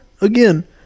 Again